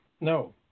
No